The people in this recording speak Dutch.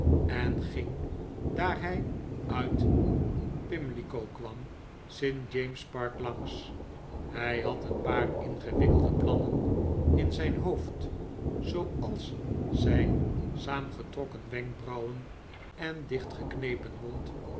en ging daar hij uit pimlico kwam st jamespark langs hij had een paar ingewikkelde plannen in zijn hoofd zooals zijn saamgetrokken wenkbrauwen en dichtgeknepen mond